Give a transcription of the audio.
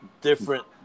different